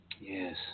Yes